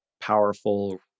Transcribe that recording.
powerful